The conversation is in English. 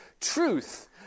truth